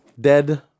Dead